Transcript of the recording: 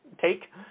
take